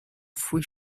fouet